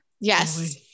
Yes